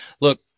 Look